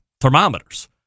thermometers